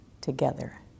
together